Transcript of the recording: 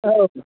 औ